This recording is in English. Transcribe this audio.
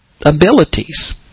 abilities